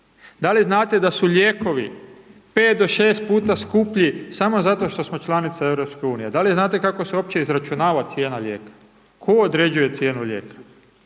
da li znate da su lijekovi 5 do 6 puta skuplji samo zato što smo članica EU, da li znate kako se uopće izračunava cijena lijeka, tko određuje cijenu lijeka?